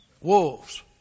Wolves